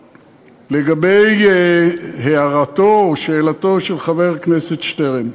לגבי הערתו או שאלתו של חבר הכנסת שטרן: